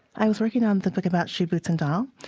i was working on the book about shoe boots and doll.